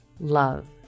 love